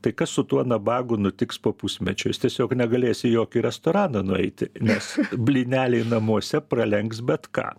tai kas su tuo nabagu nutiks po pusmečio jis tiesiog negalės į jokį restoraną nueiti nes blyneliai namuose pralenks bet ką